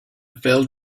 failed